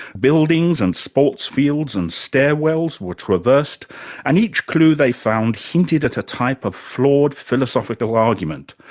buildings and sports fields and stairwells were traversed and each clue they found hinted at a type of flawed philosophical argument.